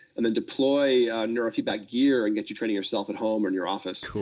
and then deploy neurofeedback gear, and get you training yourself at home or in your office. cool.